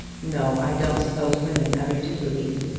no i don't suppose women ever do believe.